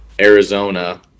Arizona